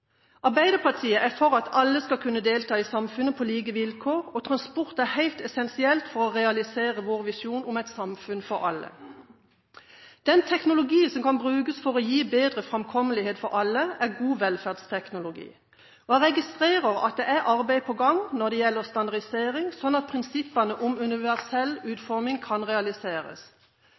Arbeiderpartiet er for at alle skal kunne delta i samfunnet på like vilkår, og transport er helt essensielt for å realisere vår visjon om et samfunn for alle. Den teknologien som kan brukes for å gi bedre framkommelighet for alle, er god velferdsteknologi. Jeg registrerer at det er arbeid på gang når det gjelder standardisering, sånn at prinsippene om universell utforming kan realiseres.